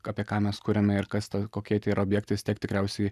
apie ką mes kuriame ir kas ta kokie tai yra objektai vis tiek tikriausiai